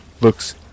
looks